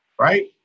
right